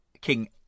King